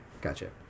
gotcha